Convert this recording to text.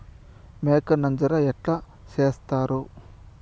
మేక నంజర ఎట్లా సేస్తారు?